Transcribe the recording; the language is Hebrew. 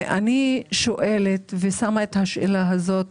אני שואלת ושמה את השאלה הזאת